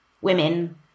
women